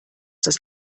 das